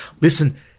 Listen